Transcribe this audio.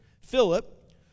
Philip